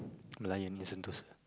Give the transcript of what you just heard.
the Merlion at Sentosa